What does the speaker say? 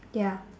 ya